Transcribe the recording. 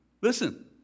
Listen